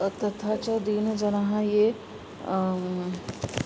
तथा च दीनजनाः ये